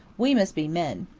we must be men.